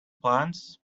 plans